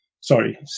sorry